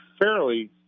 fairly